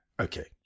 okay